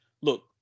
look